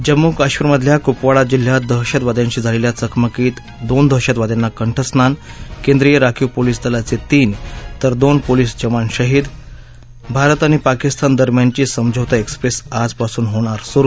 जम्मू कश्मिरमधल्या कुपवाडा जिल्ह्यात दहशतवाद्यांशी झालखिा चकमकीत दोन दहशतवाद्यांना कंठस्नान केंद्रीय राखीव पोलीस दलाचतीन तर दोन पोलीस जवान शहीद भारत आणि पाकिस्तानदरम्यानची समझौता एक्सप्रस्तआजपासून होणार सुरू